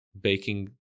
baking